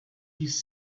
these